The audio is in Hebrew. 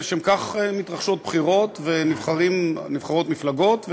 ולשם כך מתרחשות בחירות ונבחרות מפלגות,